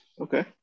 Okay